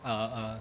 err err